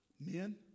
men